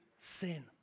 sin